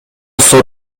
сот